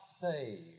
saved